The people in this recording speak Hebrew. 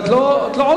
ואת לא עולה.